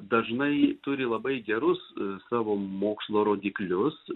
dažnai turi labai gerus savo mokslo rodiklius